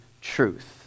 truth